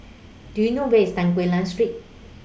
Do YOU know Where IS Tan Quee Lan Street